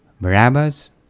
Barabbas